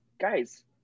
guys